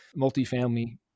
multifamily